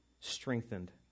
strengthened